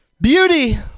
Beauty